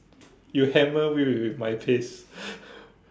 you hammer with with with my pace